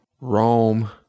Rome